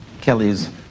Kelly's